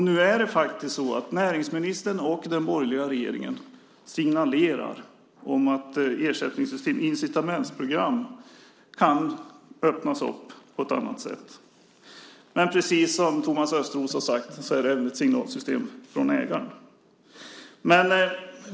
Nu signalerar näringsministern och den borgerliga regeringen att incitamentsprogram kan öppnas upp på ett annat sätt. Men precis som Thomas Östros har sagt är det ett signalsystem från ägaren.